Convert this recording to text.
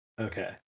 Okay